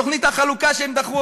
בתוכנית החלוקה שהם דחו,